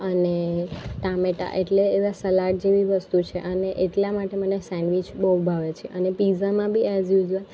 અને ટામેટાં એટલે એવા સલાડ જેવું વસ્તુ છે અને એટલા માટે મને સેન્ડવીચ બહુ ભાવે છે અને પીઝામાં બી એઝ યુઝુઅલ